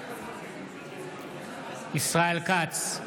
בעד ישראל כץ,